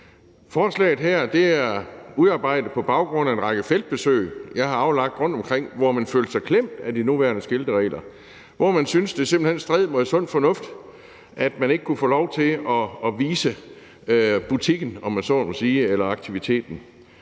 Forslaget her er udarbejdet på baggrund af en række feltbesøg, jeg har aflagt rundtomkring, til steder, hvor man føler sig klemt af de nuværende skiltningsregler, hvor man synes, at det simpelt hen strider mod sund fornuft, at man ikke kan få lov til at vise hen til butikken eller aktiviteten.